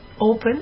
open